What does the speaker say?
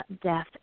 death